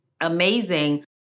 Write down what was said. amazing